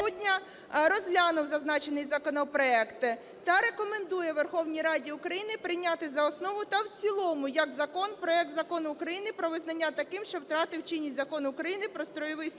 засіданні 12 грудня розглянув зазначений законопроект та рекомендує Верховній Раді України прийняти за основу та в цілому як закон проект Закону України про визнання таким, що втратив чинність Закону України "Про Стройовий